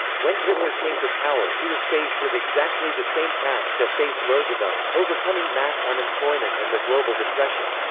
when hitler came to power he was faced with exactly the same task that faced roosevelt, overcoming mass unemployment and the global depression.